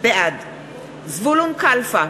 בעד זבולון קלפה,